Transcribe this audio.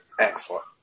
Excellent